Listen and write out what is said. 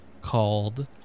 called